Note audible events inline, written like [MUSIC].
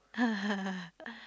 [LAUGHS]